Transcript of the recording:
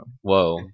Whoa